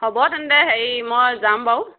হ'ব তেন্তে হেৰি মই যাম বাৰু